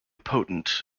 potent